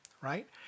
right